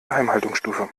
geheimhaltungsstufe